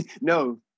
no